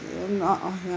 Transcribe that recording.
uh ya